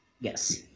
Yes